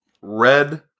Red